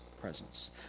presence